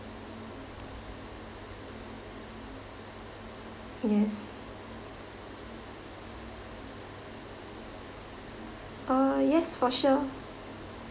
yes uh yes for sure